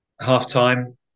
half-time